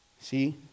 See